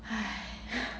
!hais!